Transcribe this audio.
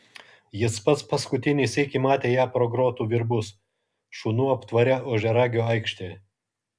jis pats paskutinį sykį matė ją pro grotų virbus šunų aptvare ožiaragio aikštėje